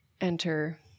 enter